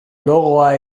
logoa